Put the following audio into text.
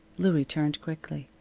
louie turned quickly.